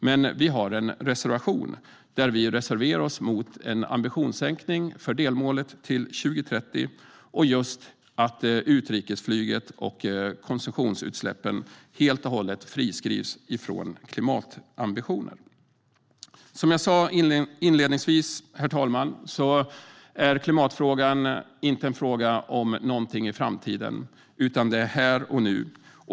Men vi har en reservation där vi reserverar oss mot en ambitionssänkning för delmålet till 2030 och mot att utrikesflyget och konsumtionsutsläppen helt och hållet friskrivs från klimatambitionen. Herr talman! Som jag sa inledningsvis är klimatfrågan inte en fråga om någonting i framtiden utan om här och nu.